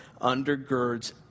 undergirds